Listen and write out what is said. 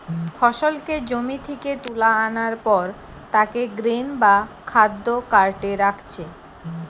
ফসলকে জমি থিকে তুলা আনার পর তাকে গ্রেন বা খাদ্য কার্টে রাখছে